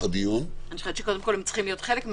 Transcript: הדיון --- אני חושבת שקודם כול הם צריכים להיות חלק מהדיון.